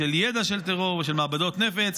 של ידע של טרור ושל מעבדות נפץ.